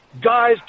guys